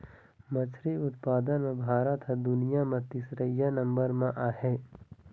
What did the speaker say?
मछरी उत्पादन म भारत ह दुनिया म तीसरइया नंबर म आहे